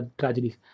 tragedies